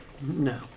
No